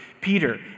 Peter